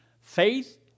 Faith